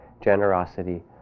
generosity